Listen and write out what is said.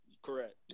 Correct